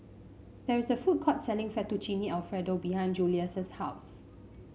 there is a food court selling Fettuccine Alfredo behind Julious' house